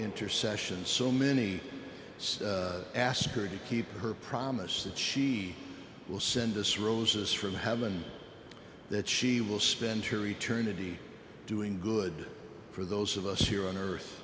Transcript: intercession so many ask her to keep her promise that she will send us roses from heaven that she will spend her eternity doing good for those of us here on earth